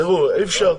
תראו, אי אפשר.